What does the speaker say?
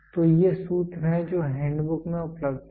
तो ये सूत्र हैं जो हैंडबुक में उपलब्ध हैं